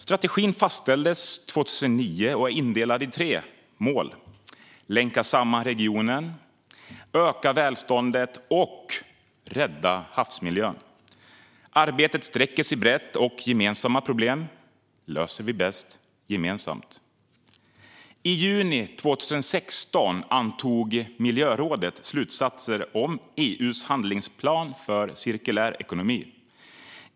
Strategin fastställdes 2009 och är indelad i tre mål: länka samman regionen, öka välståndet och rädda havsmiljön. Arbetet sträcker sig brett, och gemensamma problem löser vi bäst gemensamt. I juni 2016 antog miljörådet slutsatser om EU:s handlingsplan för cirkulär ekonomi.